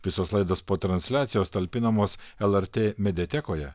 visos laidos po transliacijos talpinamos elartė mediatekoje